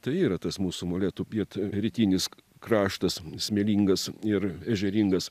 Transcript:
tai yra tas mūsų molėtų pietrytinis kraštas smėlingas ir ežeringas